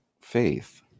faith